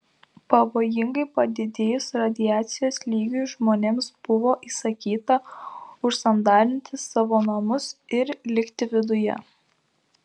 pavojingai padidėjus radiacijos lygiui žmonėms buvo įsakyta užsandarinti savo namus ir likti viduje